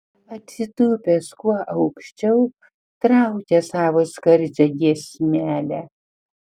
atsitūpęs kuo aukščiau traukia savo skardžią giesmelę